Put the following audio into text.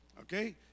Okay